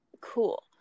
cool